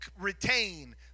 retain